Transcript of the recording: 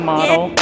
Model